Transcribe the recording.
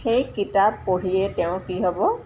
সেই কিতাপ পঢ়িয়ে তেওঁ কি হ'ব